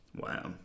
Wow